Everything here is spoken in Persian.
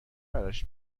براش